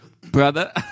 brother